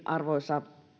arvoisa